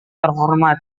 terhormat